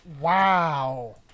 Wow